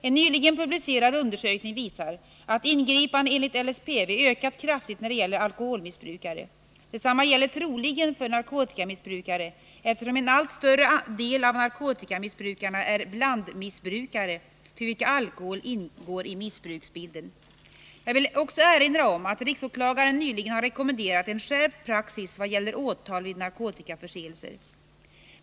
En nyligen publicerad undersökning visar att antalet ingripanden enligt LSPV ökat kraftigt när det gäller alkoholmissbrukare. Detsamma gäller troligen för narkotikamissbrukare eftersom en allt större del av narkotikamissbrukarna är blandmissbrukare för vilka alkohol ingår i missbruksbilden. Jag vill också erinra om att riksåklagaren nyligen har rekommenderat en skärpt praxis vad gäller åtal vid narkotikaförseelser.